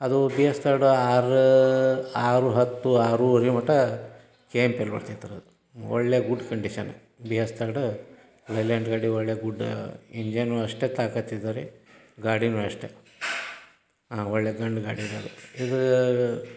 ಅದು B S third ಆರು ಆರು ಹತ್ತು ಆರುವರೆ ಮಟ್ಟ ಕೆ ಎಮ್ ಪಿ ಎಲ್ ಬರ್ತಿತ್ ಅದು ಒಳ್ಳೆಯ good condition B S third Leyland ಗಾಡಿ ಒಳ್ಳೆಯ ಗುಡ್ಡ ಇಂಜನ್ನು ಅಷ್ಟೇ ತಾಕತ್ತು ಇದಾವೆ ರೀ ಗಾಡಿಯೂ ಅಷ್ಟೇ ಹಾಂ ಒಳ್ಳೆಯ ಗಂಡು ಗಾಡಿಯೇ ಅದು ಇದು